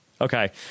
Okay